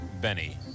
Benny